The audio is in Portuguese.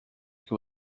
que